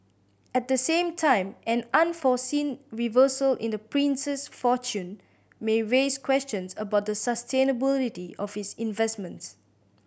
at the same time any unforeseen reversal in the prince's fortunes may raise questions about the sustainability of his investments